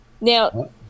Now